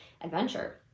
adventure